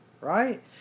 right